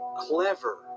clever